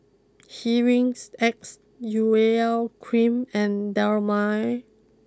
Hygin X Urea cream and Dermale